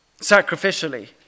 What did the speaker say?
sacrificially